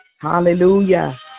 Hallelujah